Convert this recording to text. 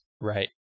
Right